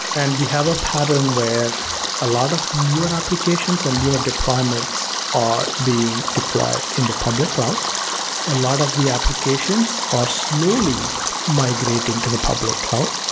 and, we have a pattern where a lot of newer applications and newer departments are being deployed in the public cloud a lot of the applications are slowly migrating to the public cloud.